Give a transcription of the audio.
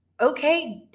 Okay